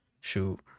Shoot